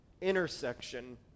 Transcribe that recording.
intersection